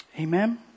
Amen